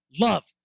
love